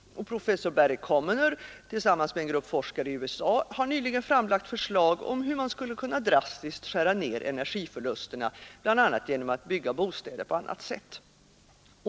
Professor Barry Commoner har tillsammans med en grupp forskare i USA nyligen framlagt förslag om hur man skulle kunna drastiskt skära ned energiförlusterna, bl.a. genom att bygga bostäder på annat sätt.